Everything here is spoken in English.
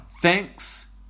Thanks